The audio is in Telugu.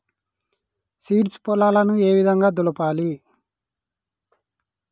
సీడ్స్ పొలాలను ఏ విధంగా దులపాలి?